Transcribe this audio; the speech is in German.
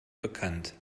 bekannt